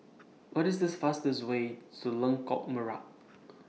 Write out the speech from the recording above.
What IS The fastest Way to Lengkok Merak